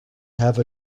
have